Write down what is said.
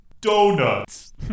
donuts